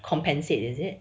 compensate is it